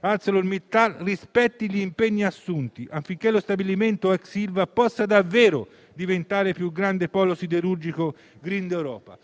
ArcelorMittal rispetti gli impegni assunti affinché lo stabilimento *ex* Ilva possa davvero diventare il più grande polo siderurgico *green* d'Europa.